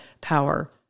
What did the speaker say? power